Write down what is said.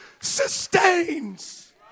sustains